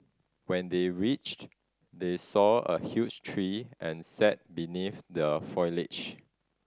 when they reached they saw a huge tree and sat beneath the foliage